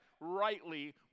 rightly